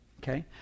okay